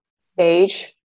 stage